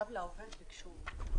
קו לעובד ביקשו.